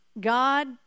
God